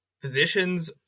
physicians